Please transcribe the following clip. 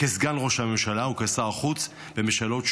כסגן ראש הממשלה וכשר החוץ בממשלות שמיר,